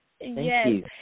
Yes